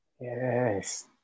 Yes